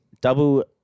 Double